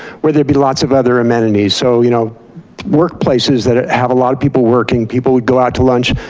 where there'd be lots of other amenities so you know workplaces that have a lot of people working people would go out to lunch,